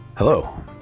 hello